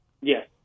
Yes